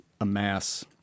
amass